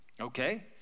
okay